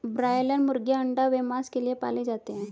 broiler मुर्गीयां अंडा व मांस के लिए पाले जाते हैं